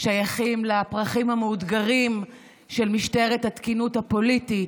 שייכים לפרחים המאותגרים של משטרת התקינות הפוליטית.